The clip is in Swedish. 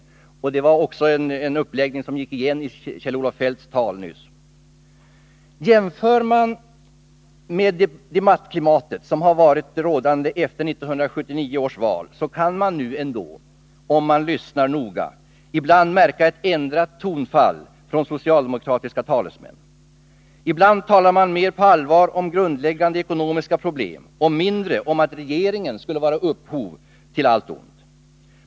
Det är en uppläggning som också gick igen i Kjell-Olof Feldts anförande nyss. Jämför vi med det debattklimat som har varit rådande efter 1979 års val kan vi nu, om vi lyssnar noga, ibland märka ett ändrat tonfall från socialdemokratiska talesmän. Ibland talar man mer på allvar om grundläggande ekonomiska problem och mindre om att regeringen skulle vara upphov till allt ont.